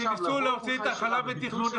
כשניסו להוציא את החלב לתכנון,